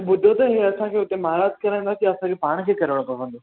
ॿुधो त हीअं असांखे हुते महाराज कराईंदा कि असांखे पाण खे करिणो पवंदो